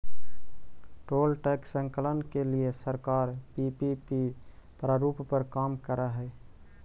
toll tax संकलन के लिए सरकार पीपीपी प्रारूप पर काम करऽ हई